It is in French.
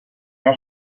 n’a